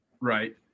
Right